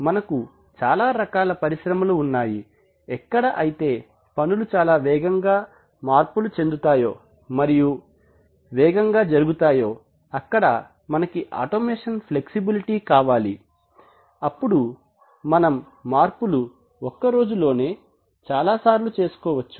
మనకు చాలా రకాల పరిశ్రమలు ఉన్నాయి ఎక్కడ అయితే పనులు చాలా వేగంగా మార్పులు చెందుతాయో మరియు వేగంగా జరుగుతాయో అక్కడ మనకి ఆటోమేషన్ ఫ్లెక్సిబిలిటీ కావాలి అప్పుడు మనం మార్పులు ఒక్కరోజులోనే చాలా సార్లు చేసుకోవచ్చు